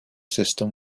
system